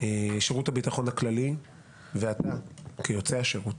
שירות הביטחון הכללי ואתה כיוצא השירות